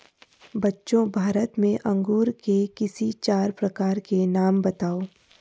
बच्चों भारत में अंगूर के किसी चार प्रकार के नाम बताओ?